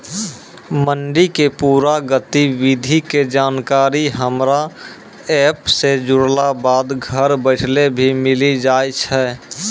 मंडी के पूरा गतिविधि के जानकारी हमरा एप सॅ जुड़ला बाद घर बैठले भी मिलि जाय छै